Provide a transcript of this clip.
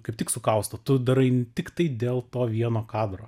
kaip tik sukausto tu darai tiktai dėl to vieno kadro